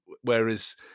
Whereas